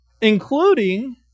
including